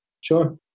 Sure